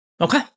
Okay